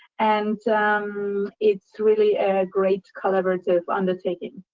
and um it's really a great, collaborative undertaking.